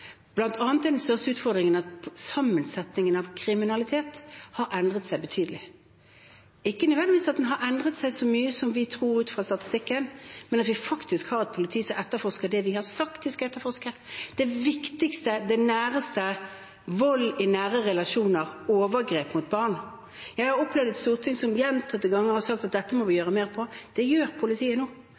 er den største utfordringen at sammensetningen av kriminaliteten har endret seg betydelig, ikke nødvendigvis at den har endret seg så mye som vi tror ut fra statistikken, men at vi faktisk har et politi som etterforsker det vi har sagt at de skal etterforske: det viktigste, det næreste – vold i nære relasjoner og overgrep mot barn. Jeg har opplevd et storting som gjentatte ganger har sagt at dette må vi gjøre mer med. Det gjør politiet nå.